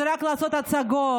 זה רק לעשות הצגות,